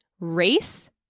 race